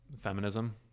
feminism